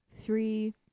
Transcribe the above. three